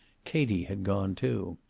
katie had gone too.